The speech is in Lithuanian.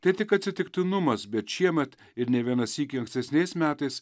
tai tik atsitiktinumas bet šiemet ir ne vieną sykį ankstesniais metais